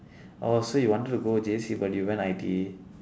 orh so you wanted to go J_C but you went I_T_E